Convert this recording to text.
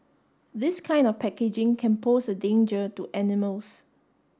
this kind of packaging can pose a danger to animals